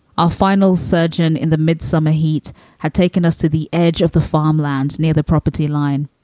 our final surgeon in the mid-summer heat had taken us to the edge of the farmlands near the property line.